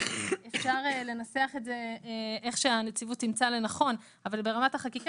אפשר לנסח את זה איך שהנציבות תמצא לנכון אבל ברמת החקיקה